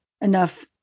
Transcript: enough